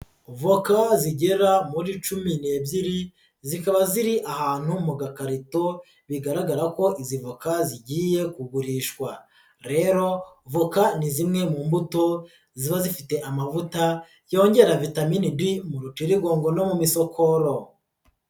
Voka zigera muri cumi n'ebyiri zikaba ziri ahantu mu gakarito bigaragara ko izi voka zigiye kugurishwa, rero voka ni zimwe mu mbuto ziba zifite amavuta yongera vitamine D mu rutirigongo no mu misokoro.